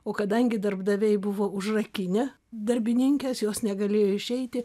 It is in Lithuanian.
o kadangi darbdaviai buvo užrakinę darbininkes jos negalėjo išeiti